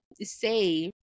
say